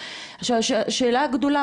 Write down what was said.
שאלה הגדולה,